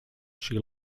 she